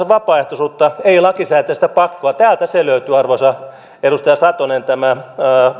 vapaaehtoisuutta ei lakisääteistä pakkoa täältä se löytyy arvoisa edustaja satonen tämä